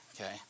Okay